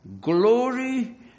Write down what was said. glory